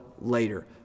later